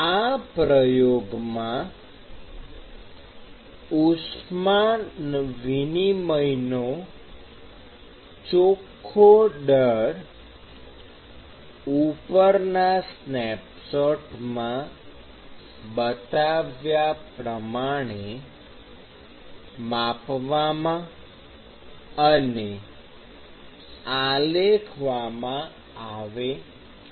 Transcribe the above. આ પ્રયોગમાં ઉષ્મા વિનિમયનો ચોખ્ખો દર ઉપરના સ્નેપશોટમાં બતાવ્યા પ્રમાણે માપવામાં અને આલેખવામાં આવે છે